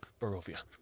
Barovia